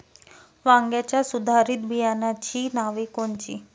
वांग्याच्या सुधारित बियाणांची नावे कोनची?